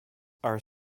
are